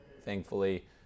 thankfully